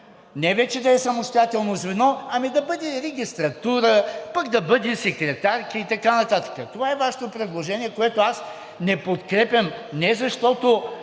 Не вече да е самостоятелно звено, а да бъде регистратура, пък да бъде секретарки и така нататък. Това е Вашето предложение, което аз не подкрепям не защото